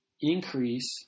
increase